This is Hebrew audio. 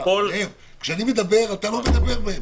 כשאני מדבר, אתה לא מדבר באמצע.